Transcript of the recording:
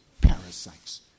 Parasites